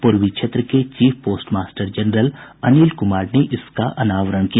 पूर्वी क्षेत्र के chief postmaster general Anil Kumar ने इसका अनावरण किया